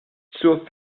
zur